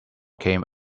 came